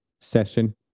session